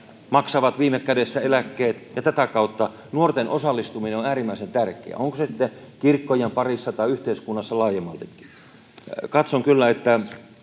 maksavat viime kädessä eläkkeet. Ja tätä kautta nuorten osallistuminen on äärimmäisen tärkeää, on se sitten kirkkojen parissa tai yhteiskunnassa laajemmaltikin. Katson kyllä, että